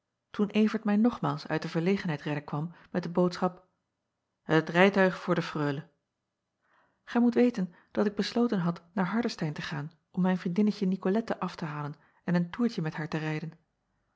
toen vert mij nogmaals uit de verlegenheid redden kwam met de boodschap et rijtuig voor de reule acob van ennep laasje evenster delen ij moet weten dat ik besloten had naar ardestein te gaan om mijn vriendinnetje icolette af te halen en een toertje met haar te rijden